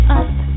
up